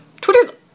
Twitter's